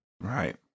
Right